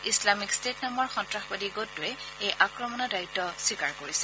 Islamic State নামৰ সন্তাসবাদী গোটটোৱে এই আক্ৰমণৰ দায়িত্ব স্বীকাৰ কৰিছে